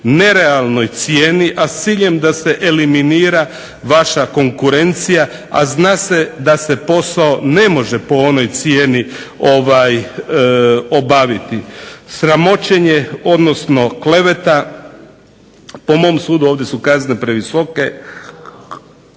nerealnoj cijeni, a s ciljem da se eliminira vaša konkurencija, a zna se da se posao ne može po onoj cijeni obaviti. Sramoćenje odnosno po mom sudu ovdje su kazne previsoke.